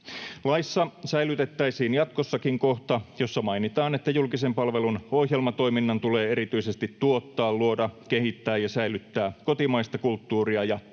Laissa säilytettäisiin jatkossakin kohta, jossa mainitaan, että julkisen palvelun ohjelmatoiminnan tulee erityisesti tuottaa, luoda, kehittää ja säilyttää kotimaista kulttuuria ja taidetta,